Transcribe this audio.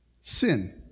sin